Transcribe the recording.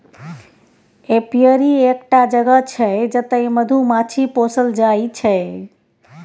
apiary एकटा जगह छै जतय मधुमाछी पोसल जाइ छै